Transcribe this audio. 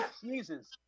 sneezes